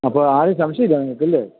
അപ്പോൾ ആരെയും സംശയം ഇല്ല നിങ്ങൾക്ക് അല്ലേ